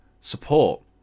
support